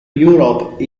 europe